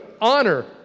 honor